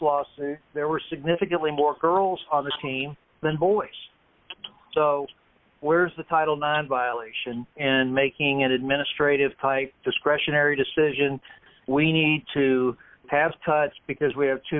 lawsuit there were significantly more girls on the team than boys so where's the title non violation and making it administrative type discretionary decision we need to pass cuts because we have too